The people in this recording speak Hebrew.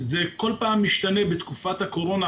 זה כל פעם משתנה בתקופת הקורונה,